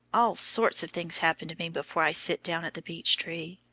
all sorts of things happen to me before i sit down at the beech tree,